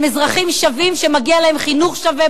הם אזרחים שווים שמגיע להם חינוך שווה,